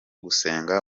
gusenga